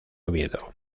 oviedo